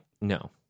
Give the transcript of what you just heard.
No